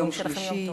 יום שלישי,